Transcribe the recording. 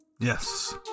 Yes